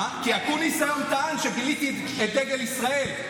כי אקוניס היום טען שגיליתי את דגל ישראל,